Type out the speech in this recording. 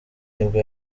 nibwo